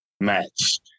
matched